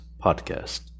podcast